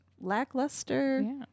lackluster